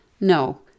No